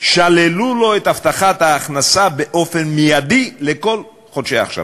שללו לו את הבטחת ההכנסה באופן מייידי לכל חודשי ההכשרה.